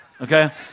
okay